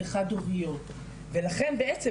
זה חד-הוריות ולכן בעצם,